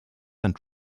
and